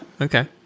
okay